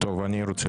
הצבעה לא אושר.